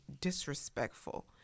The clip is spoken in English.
disrespectful